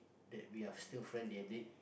that we are still friend then they